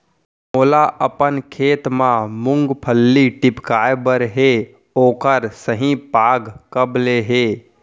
मोला अपन खेत म मूंगफली टिपकाय बर हे ओखर सही पाग कब ले हे?